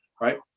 right